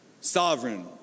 sovereign